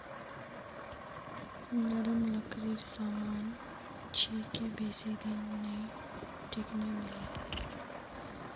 नरम लकड़ीर सामान छिके बेसी दिन नइ टिकने वाला